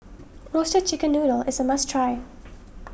Roasted Chicken Noodle is a must try